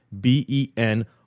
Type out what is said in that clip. B-E-N